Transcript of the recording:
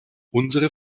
unsere